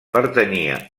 pertanyia